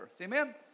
Amen